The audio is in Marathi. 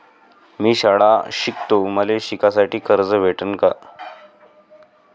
मी शाळा शिकतो, मले शिकासाठी कर्ज भेटन का?